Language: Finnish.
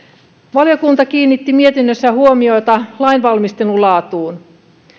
valiokunta kiinnitti mietinnössä huomiota lainvalmistelun laatuun